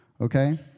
okay